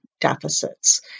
deficits